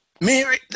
Mary